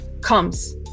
comes